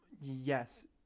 Yes